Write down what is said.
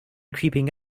creeping